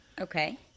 Okay